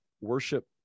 worship